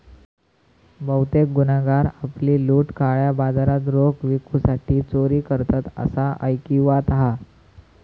बहुतेक गुन्हेगार आपली लूट काळ्या बाजारात रोख विकूसाठी चोरी करतत, असा ऐकिवात हा